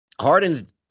Harden's